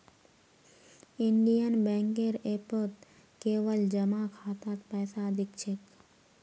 Indian बैंकेर ऐपत केवल जमा खातात पैसा दि ख छेक